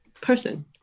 person